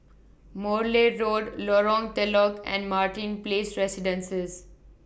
Morley Road Lorong Telok and Martin Place Residences